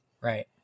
Right